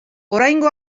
oraingo